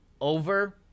over